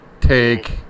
Take